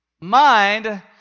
mind